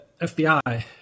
FBI